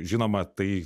žinoma tai